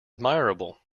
admirable